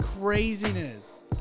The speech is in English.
craziness